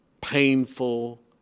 painful